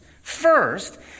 First